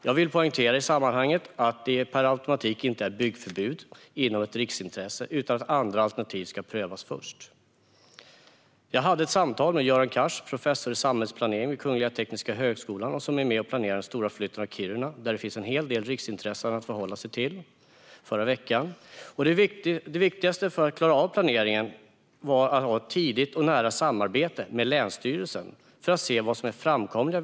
Jag vill i sammanhanget poängtera att det inte per automatik är byggförbud inom ett riksintresse men att andra alternativ ska prövas först. Jag hade förra veckan ett samtal med Göran Cars, professor i samhällsplanering vid Kungliga Tekniska högskolan. Han är med och planerar den stora flytten av Kiruna, och där finns det en hel del riksintressen att förhålla sig till. Det viktigaste för att klara av planeringen var att ha ett tidigt och nära samarbete med länsstyrelsen för att se vilka vägar som är framkomliga.